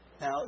now